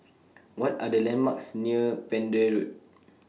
What Are The landmarks near Pender Road